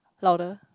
louder